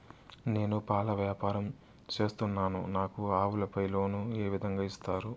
నేను పాల వ్యాపారం సేస్తున్నాను, నాకు ఆవులపై లోను ఏ విధంగా ఇస్తారు